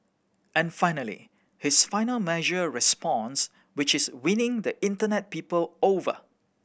and finally his final measured response which is winning the Internet people over